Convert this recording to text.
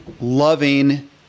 loving